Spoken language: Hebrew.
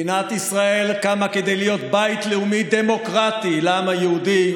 מדינת ישראל קמה כדי להיות בית לאומי דמוקרטי לעם היהודי,